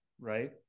right